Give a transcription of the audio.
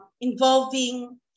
involving